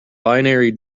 binary